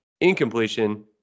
incompletion